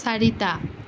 চাৰিটা